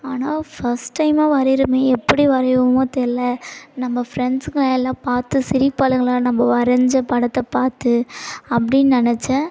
ஆனால் ஃபஸ்ட் டைமாக வரையிறம் எப்படி வரையிவோமோ தெரில நம்ம ஃப்ரெண்ட்ஸுங்க எல்லாம் பார்த்து சிரிப்பாளுங்களா நம்ம வரைந்த படத்தை பார்த்து அப்படின்னு நினைச்சேன்